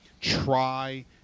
try